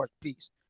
piece